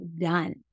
done